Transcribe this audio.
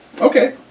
Okay